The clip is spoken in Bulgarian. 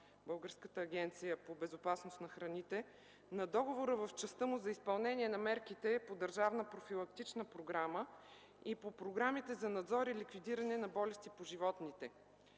Българската агенция по безопасност на храните на договора в частта му за изпълнение на мерките по Държавна профилактична програма и по програмите за надзор и ликвидиране на болести по животните.